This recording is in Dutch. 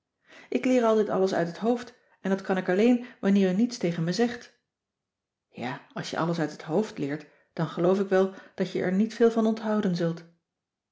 ik leer altijd alles uit het hoofd en dat kan ik alleen wanneer u niets tegen me zegt ja als je alles uit het hoofd leert dan geloof ik wel dat je er niet veel van onthouden zult